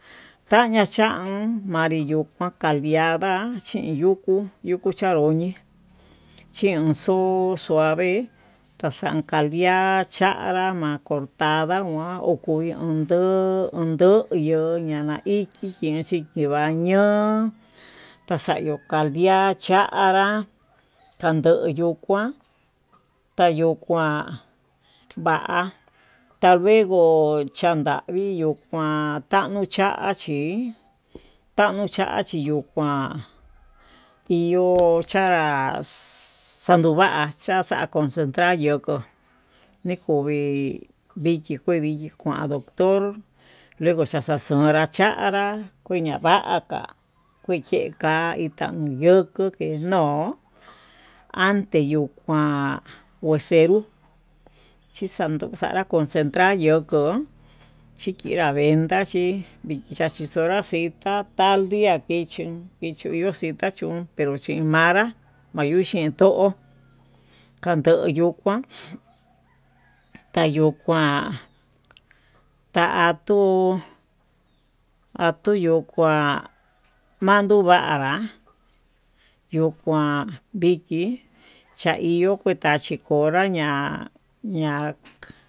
Xhaña xhán manri yuu kuan kardiandá, chin yukuu yukuu chaoñi chinxuu suave xaxacaldia chanra ma'a, cortada muan onyai utuu ndoño ndana ichí chinxii chiva'a ño'o kalxayu kandia chanrá kandoyo kuán tayo'o kuan va'a tayenguó chandavi yo'ó, kuan tauu chachí taonchachi yuu kuán iyo'o cha chandova xaxako unxentral yoko nikovi vee vichi kuán doctor rengo xachachonra kuán, kanra yuña'a vaká kuichi ka'a inka no'o yoko ke'e no'o ante yuu kuan koxenró chixanduu chanra concentrar yo'ó ndo chikinra vendra xhí yachi xonra chi tata tal diá kichin kichiyo chintachun pero, chin manrá mayuu xhindó kandoyu kuán tayo'o kuan tatuu atuu yuu kuan manduvanrá yo'o kuan vikii, chaninro kuchi konrá ña'a ña'a.